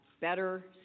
better